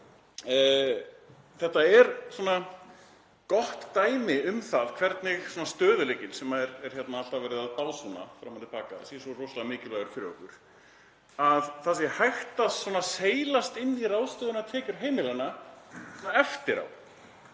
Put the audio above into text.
Þetta er gott dæmi um það hvernig stöðugleikinn, sem er alltaf verið að básúna fram og til baka að sé svo rosalega mikilvægur fyrir okkur — að það sé hægt að seilast inn í ráðstöfunartekjur heimilanna eftir á.